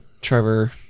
Trevor